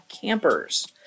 campers